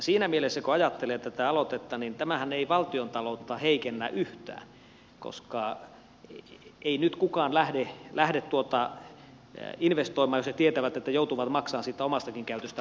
siinä mielessä kun ajattelee tätä aloitetta tämähän ei valtiontaloutta heikennä yhtään koska ei nyt kukaan lähde investoimaan jos tietää että joutuu maksamaan siitä omastakin käytöstä veron